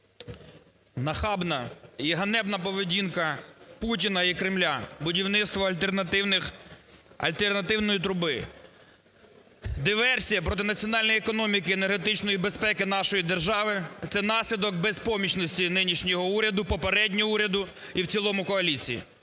Нахабна і ганебна поведінка Путіна і Кремля, будівництво альтернативних... альтернативної труби, диверсія проти національної економіки енергетичної безпеки нашої держави – це наслідок безпомічності нинішнього уряду, попереднього уряду і в цілому коаліції.